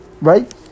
right